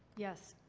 yes.